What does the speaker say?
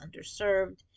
underserved